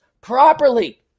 properly